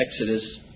Exodus